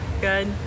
Good